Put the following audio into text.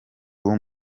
ubu